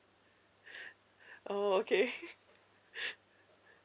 oh okay